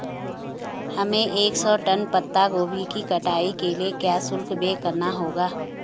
हमें एक सौ टन पत्ता गोभी की कटाई के लिए क्या शुल्क व्यय करना होगा?